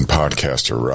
podcaster